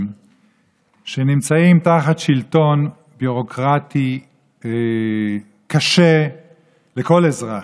שנמצאים תחת שלטון ביורוקרטי קשה לכל אזרח,